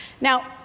Now